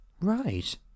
Right